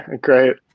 Great